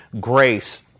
grace